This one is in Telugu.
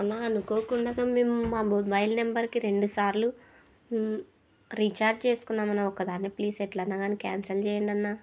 అన్నా అనుకోకుండాగా మేము మా మొబైల్ నెంబర్కి రెండు సార్లు రీఛార్జ్ చేసుకున్నాము అన్నా ఒకదాని ప్లీజ్ ఎట్లైనా కానీ క్యాన్సల్ చేయండి అన్నా